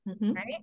right